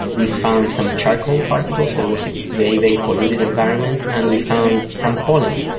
we've found some charcoal particles, so it was a very, very polluted environment. and we found some pollen.